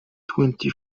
twenty